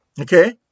okay